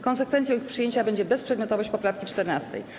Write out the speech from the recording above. Konsekwencją ich przyjęcia będzie bezprzedmiotowość poprawki 14.